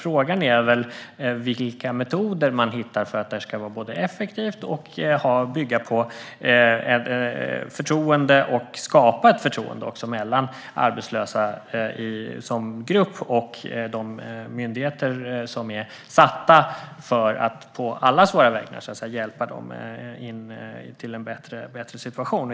Frågan är snarare vilka metoder man hittar för att detta ska vara både effektivt och bygga på förtroende. Man ska även kunna skapa ett förtroende mellan arbetslösa som grupp och de myndigheter som är satta att på allas våra vägnar hjälpa dem in i en bättre situation.